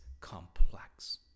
complex